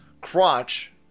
crotch